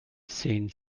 sehen